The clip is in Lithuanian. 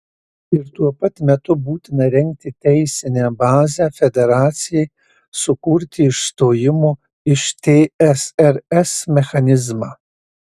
ir tuo pat metu būtina rengti teisinę bazę federacijai sukurti išstojimo iš tsrs mechanizmą